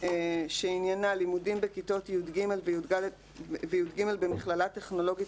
שעניינה "לימודים בכיתות י"ג ו-י"ג במכללה טכנולוגית